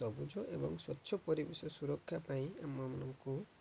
ସବୁଜ ଏବଂ ସ୍ୱଚ୍ଛ ପରିବେଶ ସୁରକ୍ଷା ପାଇଁ ଆମମାନଙ୍କୁ